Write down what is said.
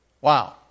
Wow